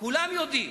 כולם יודעים,